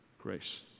grace